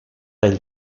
del